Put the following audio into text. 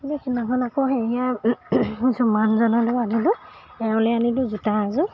গতিকে সিদিনাখন আকৌ হেৰিয়ে যোমানজনলৈয়ো আনিলোঁ এওঁলৈ আনিলোঁ জোতা এযোৰ